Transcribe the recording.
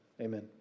Amen